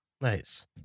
Nice